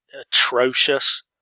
atrocious